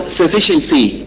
sufficiency